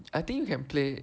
I think you can play